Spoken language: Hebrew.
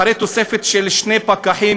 אחרי תוספת של שני פקחים,